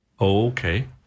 okay